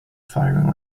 firing